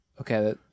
Okay